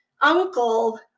uncle